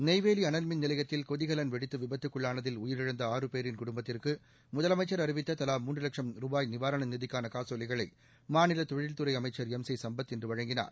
நெய்வேலி அனல்மின் நிலையத்தில் கொதிகலன் வெடித்து விபத்துக்குள்ளானதில் உயிரிழந்த ஆறு பேரின் குடும்பத்திற்கு முதலமச்சா் அறிவித்த தலா மூன்று லட்சும் ரூபாய் நிவாரண நிதிக்கான காசோலைகளை மாநில தொழில்துறை அமைச்சர் எம் சி சம்பத் இன்று வழங்கினார்